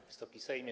Wysoki Sejmie!